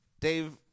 Dave